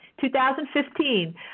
2015